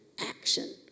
action